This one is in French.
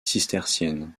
cistercienne